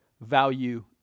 value